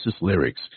lyrics